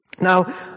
Now